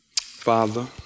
Father